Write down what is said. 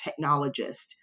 technologist